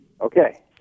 Okay